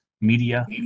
media